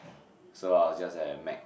so I will just have a Mac